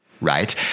right